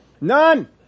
None